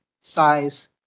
size